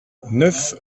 neuf